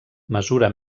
mesura